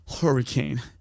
hurricane